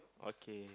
okay